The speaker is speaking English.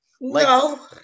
No